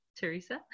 Teresa